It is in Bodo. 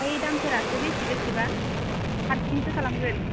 आमफ्राय दामफोरासो बेसे बेसेबां हारसिंसो खालामगोन